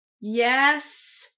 yes